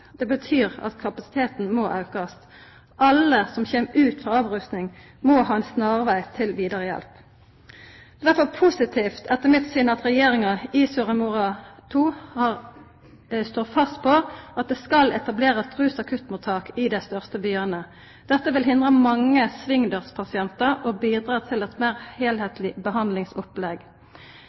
Det betyr at kapasiteten må økes. Alle som kommer ut fra avrusning, må ha en snarvei til videre hjelp. Det er derfor positivt etter mitt syn at Regjeringen i Soria Moria II står fast på at det skal etableres rusakuttmottak i de største byene. Dette vil hindre mange svingdørspasienter og bidra til et mer helhetlig behandlingsopplegg.